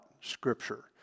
Scripture